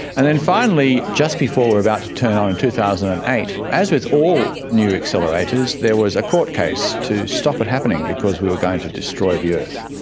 and then finally just before we were about to turn on in two thousand and eight, as with all new accelerators there was a court case to stop it happening because we were going to destroy the earth.